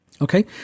Okay